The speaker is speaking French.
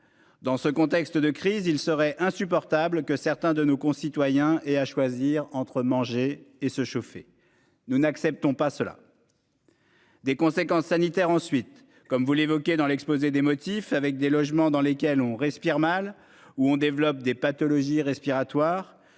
Dans ce contexte de crise il serait insupportable que certains de nos concitoyens et à choisir entre manger et se chauffer. Nous n'acceptons pas cela. Des conséquences sanitaires, ensuite comme vous l'évoquez dans l'exposé des motifs avec des logements dans lesquels on respire mal où on développe des pathologies respiratoires.